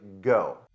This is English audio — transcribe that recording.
Go